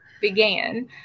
began